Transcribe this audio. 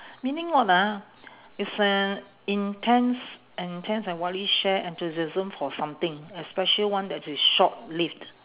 meaning what ah it's uh intense intense and wildly shared enthusiasm for something especially one that is short-lived